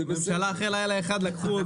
גם שחקנים קטנים וגם שחקנים בינלאומיים.